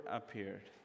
appeared